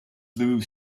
blue